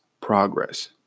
progress